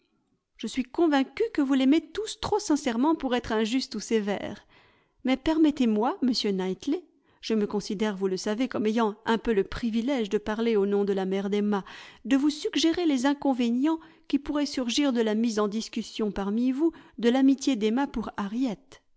je suis convaincue que vous l'aimez tous trop sincèrement pour être injustes ou sévères mais permettez-moi monsieur knightley je me considère vous le savez comme ayant un peu le privilège de parler au nom de la mère d'emma de vous suggérer les inconvénients qui pourraient surgir de la mise en discussion parmi vous de l'amitié d'emma pour harriet